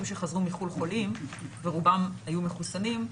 שחזרו מחו"ל חולים ורובם היו מחוסנים,